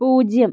പൂജ്യം